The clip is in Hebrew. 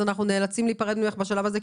אנחנו נאלצים להיפרד ממך בשלב הזה,